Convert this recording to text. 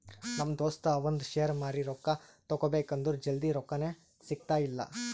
ನಮ್ ದೋಸ್ತ ಅವಂದ್ ಶೇರ್ ಮಾರಿ ರೊಕ್ಕಾ ತಗೋಬೇಕ್ ಅಂದುರ್ ಜಲ್ದಿ ರೊಕ್ಕಾನೇ ಸಿಗ್ತಾಯಿಲ್ಲ